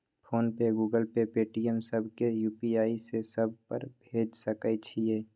Phone पे, Google Pay, Paytm, सब के UPI से सब पर भेज सके छीयै?